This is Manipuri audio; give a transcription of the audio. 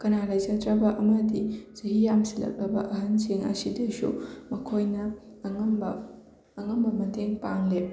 ꯀꯅꯥ ꯂꯩꯖꯗ꯭ꯔꯕ ꯑꯃꯗꯤ ꯆꯍꯤ ꯌꯥꯝꯁꯤꯜꯂꯛꯂꯕ ꯑꯍꯟꯁꯤꯡ ꯑꯁꯤꯗꯁꯨ ꯃꯈꯣꯏꯅ ꯑꯉꯝꯕ ꯑꯉꯝꯕ ꯃꯇꯦꯡ ꯄꯥꯡꯂꯤ